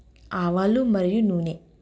ఆవాలు మరియు నూనె